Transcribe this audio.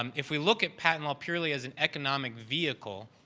um if we look at patent law purely as an economic vehicle,